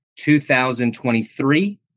2023